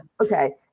okay